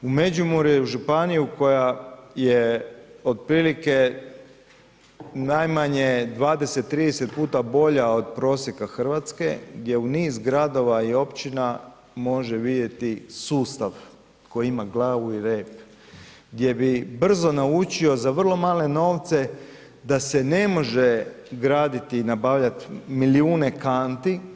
U Međimurje i u županiju koja je otprilike najmanje 20, 30 puta bolja od prosjeka Hrvatske gdje u niz gradova i općina može vidjeti sustav koji ima glavu i rep gdje bi brzo naučio za vrlo male novce da se ne može graditi i nabavljati milijune kanti.